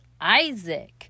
Isaac